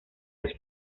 los